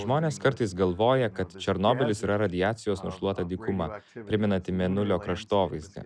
žmonės kartais galvoja kad černobylis yra radiacijos nušluota dykuma primenanti mėnulio kraštovaizdį